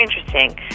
interesting